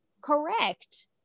Correct